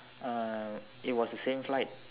uh it was a same flight